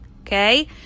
okay